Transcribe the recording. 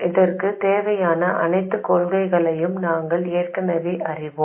இதற்கு தேவையான அனைத்து கொள்கைகளையும் நாங்கள் ஏற்கனவே அறிவோம்